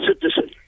citizen